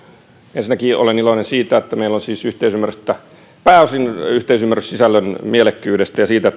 ensinnäkin olen iloinen siitä että meillä on siis pääosin yhteisymmärrys sisällön mielekkyydestä ja siitä